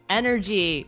energy